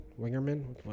Wingerman